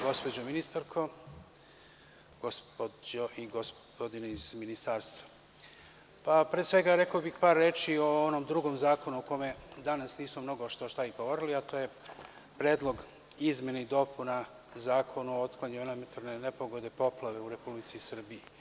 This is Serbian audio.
Gospođo ministarko, gospođo i gospodine iz Ministarstva, pre svega bih rekao par reči o onom drugom zakonu, o kome danas nismo mnogo štošta i govorili, a to je Predlog izmena i dopuna Zakona o otklanjanju elementarne nepogode, poplave u Republici Srbiji.